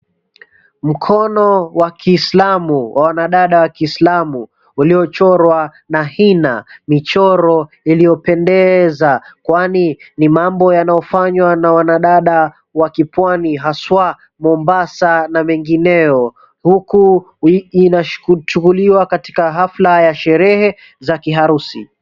Mkono wa kiislamu wa wanadada wa kiislamu uliochorwa na hina michoro iliyopendeza. Kwani ni mambo yanayofanywa na wanadada wa kipwani haswa Mombasa na mengineo. Huku inashughuliwa katika hafla za sherehe za kiharusi.